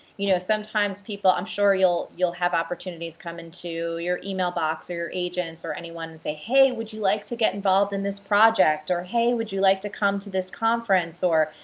you know, sometimes people. i'm sure you'll you'll have opportunities come into your email box or your agents or anyone and say, hey, would you like to get involved in this project? or, hey, would you like to come to this conference? or,